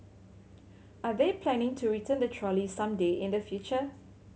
are they planning to return the trolley some day in the future